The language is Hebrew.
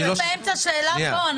היינו באמצע שאלה פה.